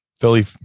Philly